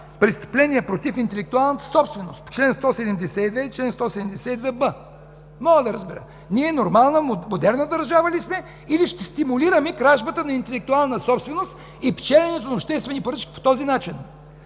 престъпление против интелектуалната собственост – чл. 172 и 172б?! Не мога да разбера. Не е нормално! Модерна държава ли сме, или ще стимулираме кражбата на интелектуална собственост и печеленето на обществени поръчки по този начин?!